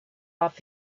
off